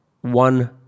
one